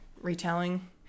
retelling